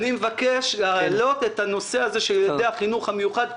אני מבקש להעלות את הנושא של ילדי החינוך המיוחד,